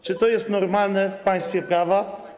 Czy to jest normalne w państwie prawa?